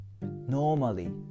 normally